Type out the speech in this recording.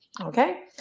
Okay